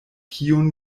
kiun